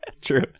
True